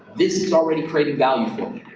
this is already creating value for me,